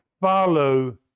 follow